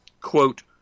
Quote